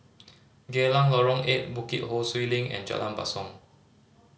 Geylang Lorong Eight Bukit Ho Swee Link and Jalan Basong